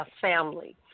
family